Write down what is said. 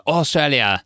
Australia